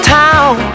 town